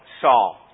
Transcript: Saul